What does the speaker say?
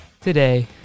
Today